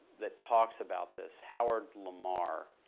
that talks about this. howard lamar,